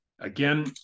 again